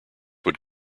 would